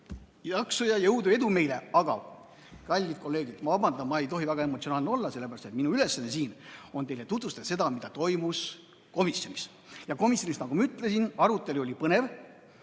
Jaksu ja jõudu ja edu meile! Aga, kallid kolleegid, vabandust, ma ei tohi väga emotsionaalne olla. Minu ülesanne siin on teile tutvustada seda, mida toimus komisjonis, ja komisjonis, nagu ma ütlesin, arutelu oli põnev.